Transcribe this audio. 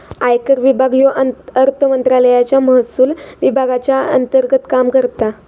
आयकर विभाग ह्यो अर्थमंत्रालयाच्या महसुल विभागाच्या अंतर्गत काम करता